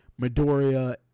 midoriya